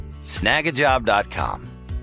Snagajob.com